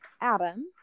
Adam